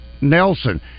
Nelson